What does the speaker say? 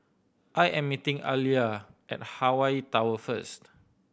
I am meeting Aaliyah at Hawaii Tower first